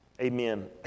Amen